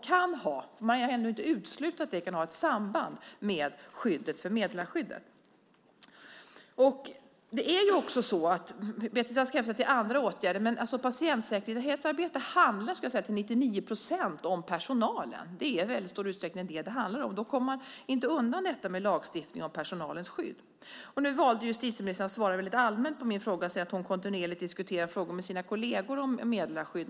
Man kan inte utesluta att det kan ha ett samband med meddelarskyddet. Beatrice Ask hänvisar till andra åtgärder, men patientsäkerhetsarbete handlar till 99 procent om personalen. Det är i mycket stor utsträckning det som det handlar om. Då kommer man inte undan detta med lagstiftning av personalens skydd. Nu valde justitieministern att svara mycket allmänt på min fråga. Hon sade att hon kontinuerligt diskuterar frågor om meddelarskydd med sina kolleger.